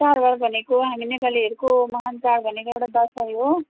चाडबाड भनेको हामी नेपालीहरूको महान् चाड भनेको एउटा दसैँ हो